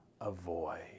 avoid